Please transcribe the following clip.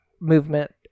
movement